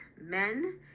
men